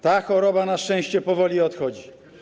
Ta choroba na szczęście powoli odchodzi.